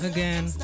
Again